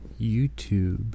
YouTube